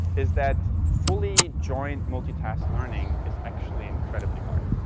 is that fully joined multitask learning is actually incredibly hard.